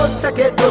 second